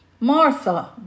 Martha